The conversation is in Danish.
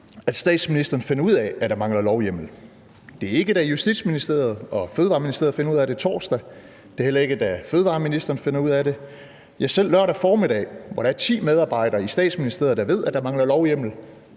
at statsministeren finder ud af, at der mangler lovhjemmel. Det er ikke, da Justitsministeriet og Fødevareministeriet finder ud af det torsdag, og det er heller ikke, da fødevareministeren finder ud af det. Ja, selv lørdag formiddag, hvor der er ti medarbejdere i Statsministeriet, der ved, at der mangler lovhjemmel,